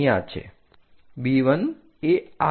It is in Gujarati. B 1 એ આ છે